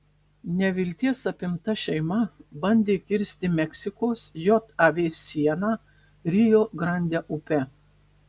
nevilties apimta šeima bandė kirsti meksikos jav sieną rio grande upe